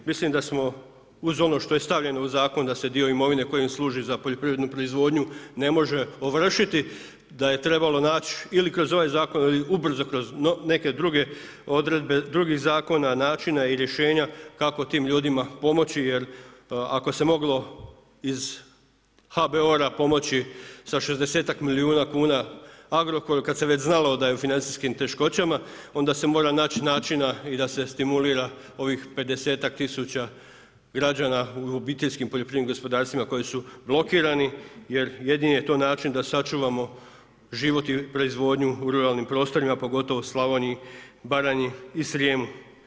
Mislim da smo uz ono što je stavljeno u zakon da se dio imovine koji im služi za poljoprivrednu proizvodnju ne može ovršiti da je trebalo naći ili kroz ovaj zakon ili ubrzo kroz neke druge odredbe drugih zakona, načina i rješenja kako tim ljudima pomoći jer ako se moglo iz HBOR-a pomoći sa 60-ak milijuna kuna Agrokoru, kada se već znalo da je u financijskim teškoćama onda se mora naći načina i da se stimulira ovih 50-ak tisuća građana u OPG-ovima koji su blokirani jer jedini je to način da sačuvamo život i proizvodnju u ruralnim prostorima, pogotovo Slavoniji, Baranji i Srijemu.